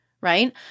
Right